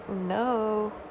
No